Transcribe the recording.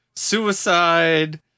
suicide